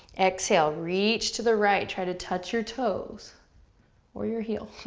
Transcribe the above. exhale, reach to the right, try to touch your toes or your heel.